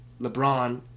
LeBron